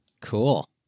Cool